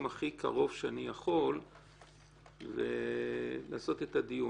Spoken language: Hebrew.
הכי קרוב שאני יכול - לעשות את הדיון.